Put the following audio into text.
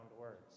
words